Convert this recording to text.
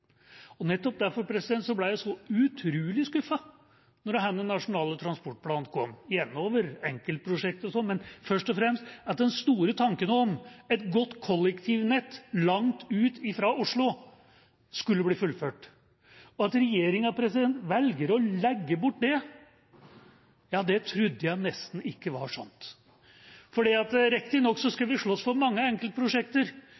Nettopp derfor ble jeg så utrolig skuffet da denne nasjonale transportplanen kom – også over enkeltprosjekter, men først og fremst over at den store tanken om et godt kollektivnett langt ut fra Oslo, ikke skulle bli fullført. At regjeringa velger å legge bort det, trodde jeg nesten ikke var sant. Riktignok skal vi slåss for mange enkeltprosjekter, men noe nasjonal bygging må vi faktisk drive med. Det